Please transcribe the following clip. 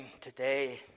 today